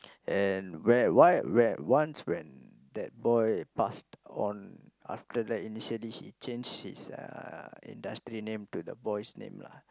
and where why where once when that boy passed on after that initially he changed his uh industry name to the boy's name lah